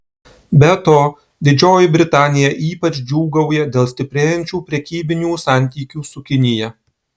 be to didžioji britanija ypač džiūgauja dėl stiprėjančių prekybinių santykių su kinija